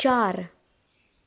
चार